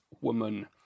woman